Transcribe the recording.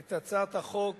את הצעת החוק